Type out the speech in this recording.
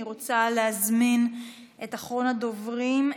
אני רוצה להזמין את אחרון הדוברים,